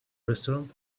restaurant